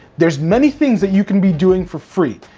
there's many things that you can be doing for free,